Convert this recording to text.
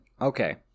Okay